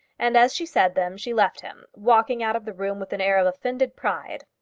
and as she said them she left him, walking out of the room with an air of offended pride.